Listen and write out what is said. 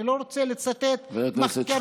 אני לא רוצה לצטט מחקרים.